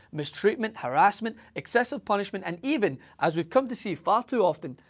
mistreatment, harassment, excessive punishment, and even, as we've come to see far too often,